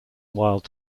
wild